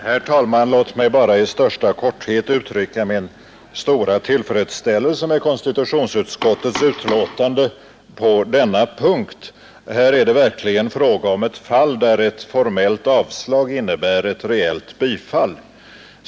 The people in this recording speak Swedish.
Herr talman! Låt mig bara i största korthet uttrycka min stora tillfredsställelse med konstitutionsutskottets betänkande i denna fråga. Här är det verkligen fråga om ett fall där ett formellt avslag innebär ett reellt bifall.